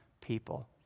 people